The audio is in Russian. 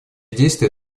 действия